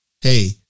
Hey